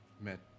met